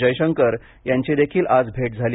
जयशंकर यांची देखील आज भेट झाली